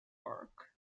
park